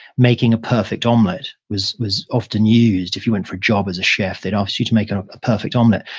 making a perfect omelet was was often used. if you went for a job as a chef, they'd asked you to make a a perfect omelet.